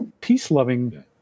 peace-loving